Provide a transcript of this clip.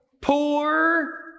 poor